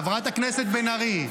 חברת הכנסת בן ארי,